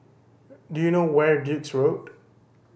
do you know where is Duke's Road